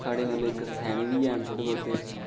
साढ़े म्हल्लेे इक स्याने बी हैन थोह्ड़े बोह्ते